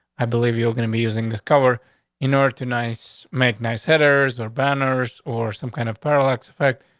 i believe you're gonna be using this cover in order to nice make nice headers or banners or some kind of parallax effect.